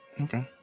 Okay